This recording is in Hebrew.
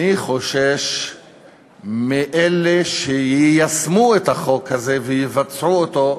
אני חושש מאלה שיישמו את החוק הזה ויבצעו אותו,